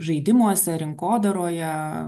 žaidimuose rinkodaroje